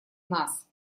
нас